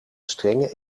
strenge